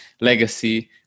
legacy